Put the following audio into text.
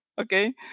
okay